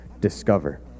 discover